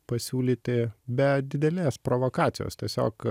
pasiūlyti be didelės provokacijos tiesiog